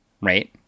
Right